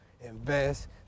invest